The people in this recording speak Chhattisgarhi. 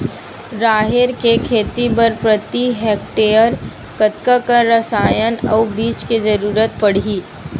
राहेर के खेती बर प्रति हेक्टेयर कतका कन रसायन अउ बीज के जरूरत पड़ही?